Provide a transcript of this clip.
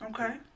Okay